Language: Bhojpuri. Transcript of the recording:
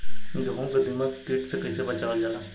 गेहूँ को दिमक किट से कइसे बचावल जाला?